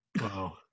Wow